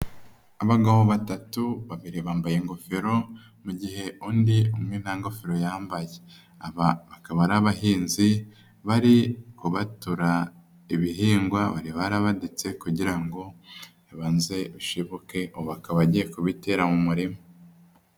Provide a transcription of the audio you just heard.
Abagabo batatu babiri bambaye ingofero, mu gihe undi umwe nta ngofero yambaye. Akaba ari abahinzi bari kubatura ibihingwa bari barabaditse kugira ngo bibanze bishibuke akaba agiye kubitera mu murima.